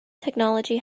technology